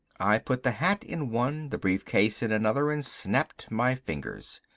i put the hat in one, the brief case in another and snapped my fingers.